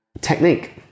technique